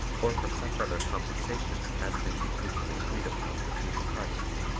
or for such other compensation as may be mutually agreed upon between the parties.